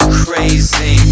crazy